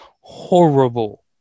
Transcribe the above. horrible